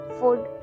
food